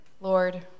Lord